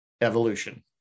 Evolution